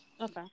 Okay